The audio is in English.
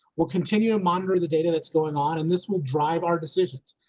we'll continue to monitor the data that's going on and this will drive our decisions.